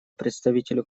представителю